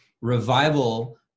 revival